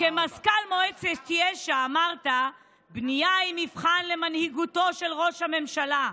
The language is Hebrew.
כמזכ"ל מועצת יש"ע אמרת: "בנייה היא מבחן למנהיגותו של ראש הממשלה.